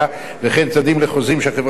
וכן צדדים לחוזים שהחברה קשורה בהם,